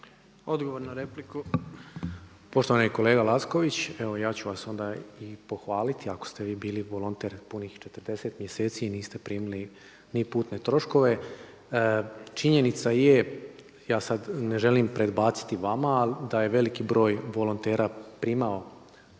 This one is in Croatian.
Boris (SDSS)** Poštovani kolega Lacković, evo ja ću vas onda i pohvaliti ako ste vi bili volonter punih 40 mjeseci i niste primili ni putne troškove. Činjenica je, ja sad ne želim predbaciti vama ali da je veliki broj volontera primao